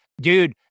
dude